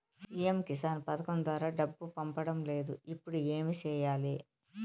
CM Kisan పథకం ద్వారా డబ్బు పడడం లేదు ఇప్పుడు ఏమి సేయాలి